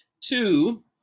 two